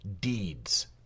deeds